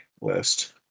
list